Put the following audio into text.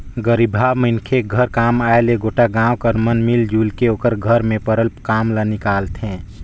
गरीबहा मनखे घर काम आय ले गोटा गाँव कर मन मिलजुल के ओकर घर में परल काम ल निकालथें